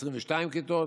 22 כיתות,